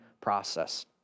process